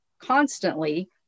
constantly